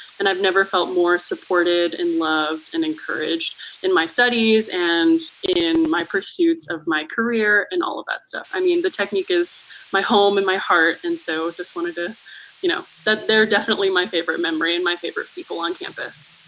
and i've never felt more supported and loved and encouraged in my studies and in my pursuits of my career and all of that stuff. i mean, the technique is my home in my heart and so just wanted, ah you know that they're definitely my favorite memory and my favorite people on campus.